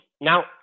now